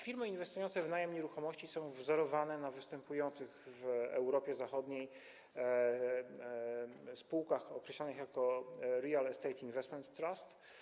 Firmy inwestujące w najem nieruchomości są wzorowane na występujących w Europie Zachodniej spółkach określanych jako real estate investment trust.